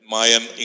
Mayan